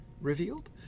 revealed